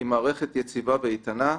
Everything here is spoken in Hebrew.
יציבה ואיתנה.